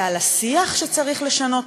ועל השיח שצריך לשנות,